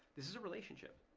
this is a relationship.